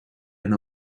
and